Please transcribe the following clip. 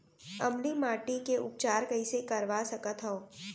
अम्लीय माटी के उपचार कइसे करवा सकत हव?